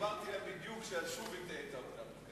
והסברתי להם בדיוק ששוב הטעית אותם.